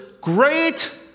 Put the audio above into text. Great